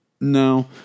No